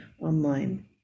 online